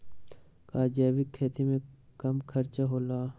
का जैविक खेती में कम खर्च होला?